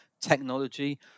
technology